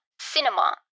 cinema